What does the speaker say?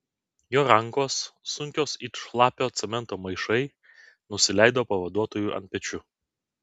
jo rankos sunkios it šlapio cemento maišai nusileido pavaduotojui ant pečių